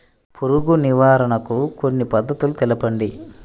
పురుగు నివారణకు కొన్ని పద్ధతులు తెలుపండి?